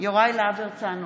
אורלי לוי אבקסיס,